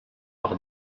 par